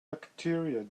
bacteria